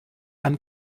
han